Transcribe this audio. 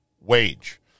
wage